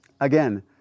Again